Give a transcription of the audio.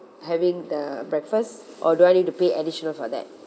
having the breakfast or do I need to pay additional for that